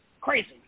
Crazy